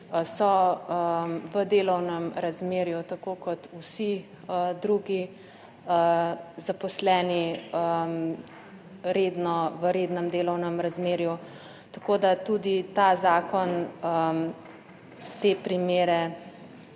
So v delovnem razmerju, tako kot vsi drugi zaposleni redno, v rednem delovnem razmerju, tako, da tudi ta zakon te primere